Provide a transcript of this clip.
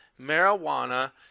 marijuana